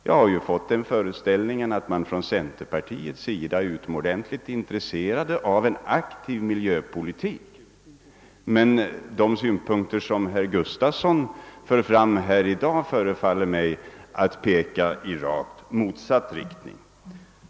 Jag har fått det intrycket att man från centerpartiets sida är utomordentligt intresserad av en aktiv miljöpolitik, men de synpunkter som herr Gustavsson i dag framfört verkar att peka i rakt motsatt riktning.